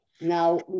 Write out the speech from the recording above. Now